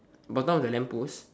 bottom of the lamp post